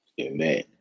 Amen